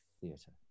theatre